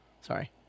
Sorry